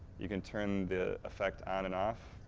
you can turn the effect on and off,